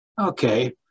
okay